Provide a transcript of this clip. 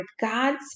God's